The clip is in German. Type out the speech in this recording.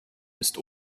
ist